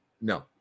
No